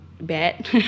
bad